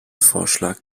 vorschlag